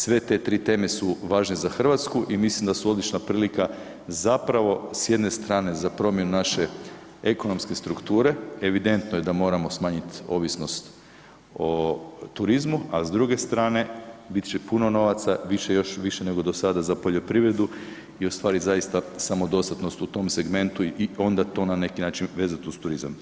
Sve te 3 teme su važne za Hrvatsku i mislim da su odlična prilika zapravo, s jedne strane za promjenu naše ekonomske strukture, evidentno je da moramo smanjiti ovisnost o turizmu, a s druge strane, bit će puno novaca, bit će još više nego do sada za poljoprivredu, i ostvariti zaista samodostatnost u tom segmentu i onda to na neki način vezati uz turizam.